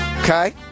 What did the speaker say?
Okay